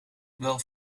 wel